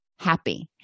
happy